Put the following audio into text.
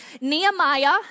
Nehemiah